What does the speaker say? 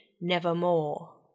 nevermore